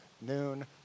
noon